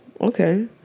okay